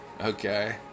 okay